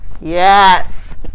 Yes